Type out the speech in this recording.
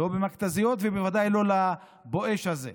לא במכת"זיות ובוודאי לא בבואש הזה,